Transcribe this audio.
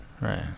Right